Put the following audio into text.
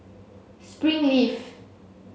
spring leaf